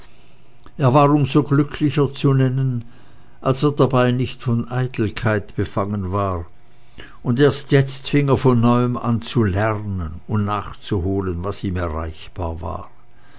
er war um so glücklicher zu nennen als er dabei nicht von eitelkeit befangen war und erst jetzt fing er von neuem an zu lernen und nachzuholen was ihm erreichbar war